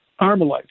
Armalite